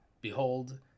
Behold